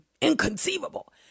inconceivable